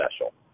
special